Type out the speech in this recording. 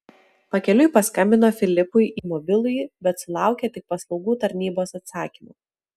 pakeliui paskambino filipui į mobilųjį bet sulaukė tik paslaugų tarnybos atsakymo